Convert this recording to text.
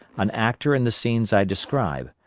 an actor in the scenes i describe,